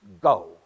go